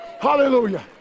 Hallelujah